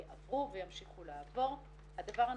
אנחנו באמת רואים תופעה מעניינת שכאשר בתי הבושת הגדולים נסגרים,